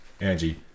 Angie